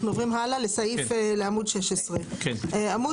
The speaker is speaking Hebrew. אנחנו עוברים הלאה לעמוד 16. סליחה,